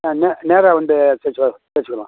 ஆ நே நேராக வந்து செஞ்சுக்கலாம் வெச்சுக்கலாம்